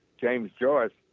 james george.